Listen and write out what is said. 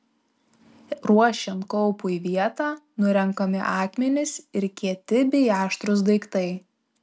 ruošiant kaupui vietą nurenkami akmenys ir kieti bei aštrūs daiktai